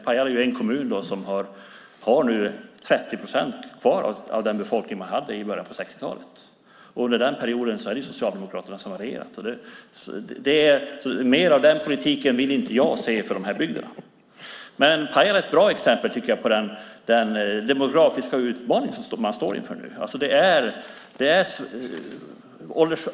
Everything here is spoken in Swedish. Pajala är en kommun som nu har kvar 30 procent av den befolkning man hade i början av 60-talet. Under den perioden är det Socialdemokraterna som har regerat, så mer av den politiken vill inte jag se för de här bygderna. Pajala är ett bra exempel på den demografiska utmaning man står inför nu.